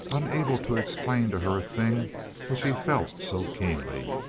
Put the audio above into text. unable to explain to her a thing which he felt so keenly.